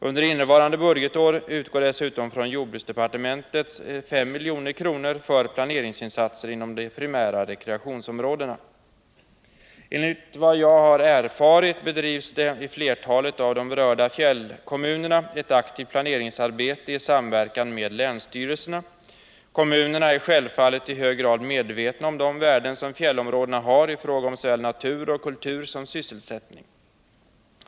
Under innevarande budgetår utgår dessutom från jordbruksdepartementets huvudtitel 5 milj.kr. för planeringsinsatser inom de primära rekreationsområdena. 199 Enligt vad jag har erfarit bedrivs det i flertalet av de berörda fjällkommunerna ett aktivt planeringsarbete i samverkan med länsstyrelserna. Kommunerna är självfallet i hög grad medvetna om de värden som fjällområdena har i fråga om såväl natur och kultur som sysselsättning.